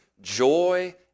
joy